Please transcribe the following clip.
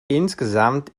insgesamt